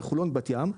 דרך חולון ובת ים,